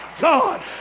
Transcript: God